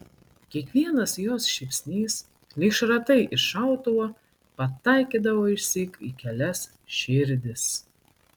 kiekvienas jos šypsnys lyg šratai iš šautuvo pataikydavo išsyk į kelias širdis